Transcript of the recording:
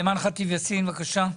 אימאן ח'טיב יאסין, בבקשה.